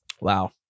Wow